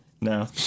No